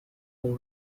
full